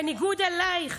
בניגוד אלייך,